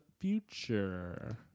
future